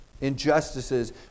Injustices